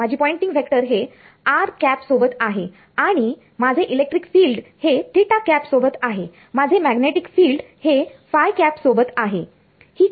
तर माझी Poynting vector हेसोबत आहे आणि माझे इलेक्ट्रिक फील्ड हे सोबत आहे माझे मॅग्नेटिक फिल्ड हे सोबत आहे